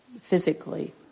physically